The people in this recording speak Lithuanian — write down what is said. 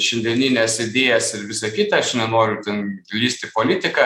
šiandienines idėjas ir visa kita aš nenoriu ten lįst į politiką